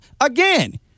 again